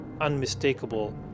unmistakable